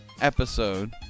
episode